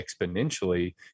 exponentially